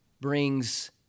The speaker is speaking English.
brings